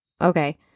okay